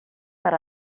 per